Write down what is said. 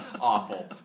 Awful